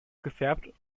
gefärbt